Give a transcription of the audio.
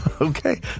Okay